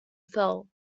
fell